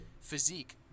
physique